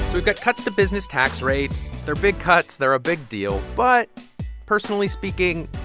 we've got cuts to business tax rates. they're big cuts. they're a big deal. but personally speaking,